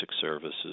services